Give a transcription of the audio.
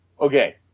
Okay